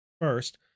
First